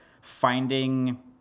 finding